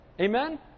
Amen